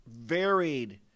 varied